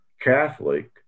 Catholic